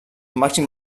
màxim